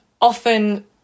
Often